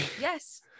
yes